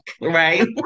Right